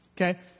Okay